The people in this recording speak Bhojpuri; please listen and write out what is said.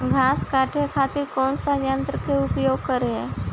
घास काटे खातिर कौन सा यंत्र का उपयोग करें?